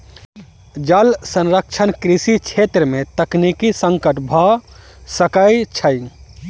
जल संरक्षण कृषि छेत्र में तकनीकी संकट भ सकै छै